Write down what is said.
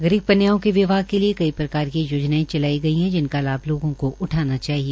गरीब कन्याओं के विवाह के लिए कई प्रकार की योजनाये चलाई गई है जिनका लाभ लोगों को उठाना चाहिए